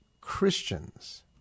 Christians